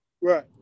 Right